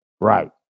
Right